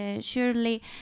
surely